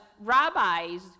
rabbis